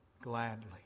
gladly